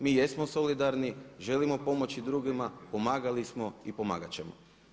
Mi jesmo solidarni, želimo pomoći drugima, pomagali smo i pomagati ćemo.